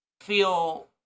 feel